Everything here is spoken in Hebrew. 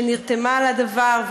שנרתמה לדבר,